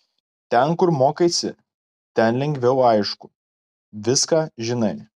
ten kur mokaisi ten lengviau aišku viską žinai